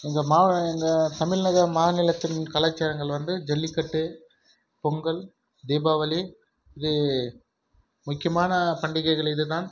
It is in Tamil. எங்கள் மா எங்க தமிழக மாநிலத்தின் கலைச்சாரங்கள் ஜல்லிக்கட்டு பொங்கல் தீபாவளி இது முக்கியமான பண்டிகைகள் இதுதான்